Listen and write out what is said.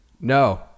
No